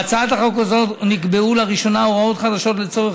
בהצעת החוק הזו נקבעו לראשונה הוראות חדשות לצורך